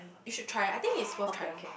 you should try I think is worth trying